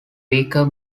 weaker